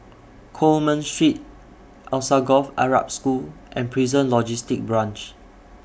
Coleman Street Alsagoff Arab School and Prison Logistic Branch